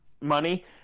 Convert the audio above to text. money